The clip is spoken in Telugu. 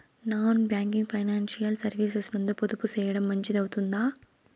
నాన్ బ్యాంకింగ్ ఫైనాన్షియల్ సర్వీసెస్ నందు పొదుపు సేయడం మంచిది అవుతుందా?